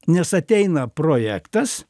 nes ateina projektas